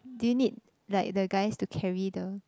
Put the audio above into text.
do you need like the guys to carry the